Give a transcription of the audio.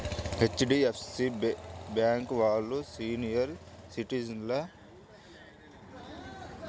HDFC bank వాళ్ళు senior సిటిజన్ల ఎఫ్డీలపై కూడా వడ్డీ రేట్లను పెంచారు